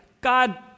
God